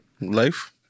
Life